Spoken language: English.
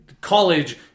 college